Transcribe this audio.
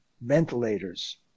ventilators